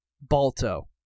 balto